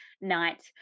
night